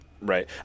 Right